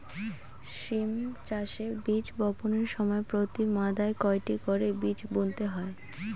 সিম চাষে বীজ বপনের সময় প্রতি মাদায় কয়টি করে বীজ বুনতে হয়?